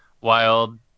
wild